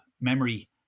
memory